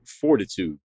fortitude